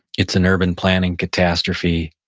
it's an urban planning catastrophe.